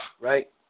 right